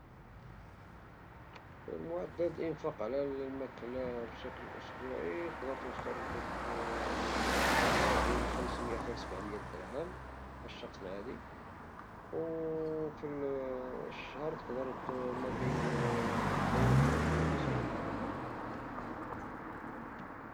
معدل الانفاق على الماكلة بشكل اسبوعي تقدر توصل لديك ما بين خمسمية حتى لسبعمية درهم للشخص العادي او في الشهر تقدر ما بين الفين حتى لالفين او خمسنية درهم